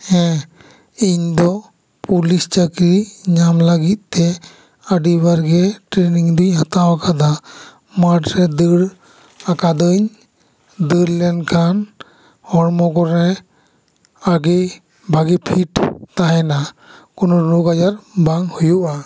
ᱦᱮᱸ ᱤᱧ ᱫᱚ ᱯᱩᱞᱤᱥ ᱪᱟᱹᱠᱨᱤ ᱧᱟᱢ ᱞᱟᱹᱜᱤᱫ ᱛᱮ ᱟᱹᱰᱤ ᱵᱟᱨ ᱜᱮ ᱴᱨᱮᱱᱤᱝ ᱫᱩᱧ ᱦᱟᱛᱟᱣ ᱟᱠᱟᱫᱟ ᱢᱟᱴ ᱨᱮ ᱫᱟᱹᱲ ᱟᱠᱟᱫᱟᱹᱧ ᱫᱟ ᱲ ᱞᱮᱱᱠᱷᱟᱱ ᱦᱚᱲᱢᱚ ᱠᱚᱨᱮ ᱟ ᱰᱤ ᱵᱷᱟ ᱜᱤ ᱴᱷᱤᱠ ᱛᱟᱦᱮᱱᱟ ᱠᱚᱱᱚ ᱨᱳᱜᱽ ᱟᱡᱟᱨ ᱵᱟᱝ ᱦᱩᱭᱩᱜᱼᱟ